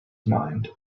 mind